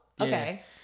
okay